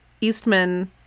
eastman